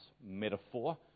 metaphor